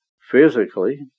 physically